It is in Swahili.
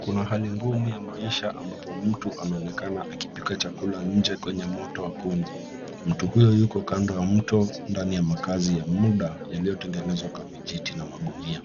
Kuna hali ngumu ya maisha ambapo mtu anaonekana akipika chakula nje kwenye moto wa kuni. Mtu huyo yuko kando ya mto ndani ya makazi ya muda yaliyotengenezwa kwa vijiti na. magunia.